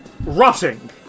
rotting